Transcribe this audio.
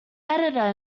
editor